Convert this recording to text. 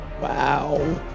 wow